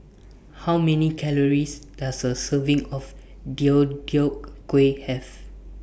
How Many Calories Does A Serving of Deodeok Gui Have